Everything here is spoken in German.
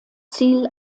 ziel